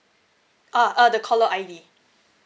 ah uh the caller I_D